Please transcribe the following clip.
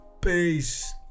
Peace